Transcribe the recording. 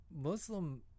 Muslim